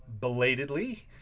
belatedly